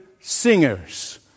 singers